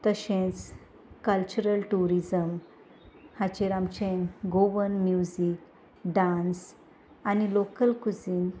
तशेंच cultural tourism हाचेर आमचें गोवन म्युजीक डांस आनी लोकल कुजीन